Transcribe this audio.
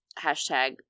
hashtag